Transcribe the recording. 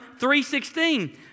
3.16